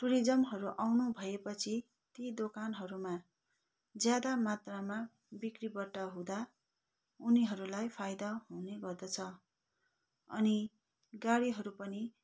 टुरिज्महरू आउनु भएपछि ती दोकानहरूमा ज्यादा मात्रामा बिक्रीबट्टा हुँदा उनीहरूलाई फाइदा हुने गर्दछ अनि गाडीहरू पनि